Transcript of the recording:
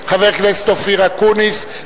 חבר הכנסת אופיר אקוניס,